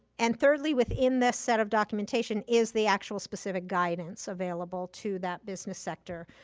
and thirdly within this set of documentation is the actual specific guidance available to that business sector.